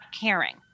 caring